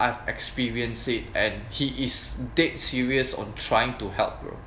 I've experienced it and he is dead serious on trying to help bro